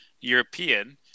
European